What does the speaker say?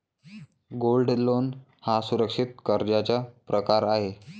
gold loan हा सुरक्षित कर्जाचा प्रकार आहे